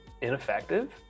ineffective